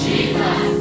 Jesus